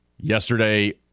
Yesterday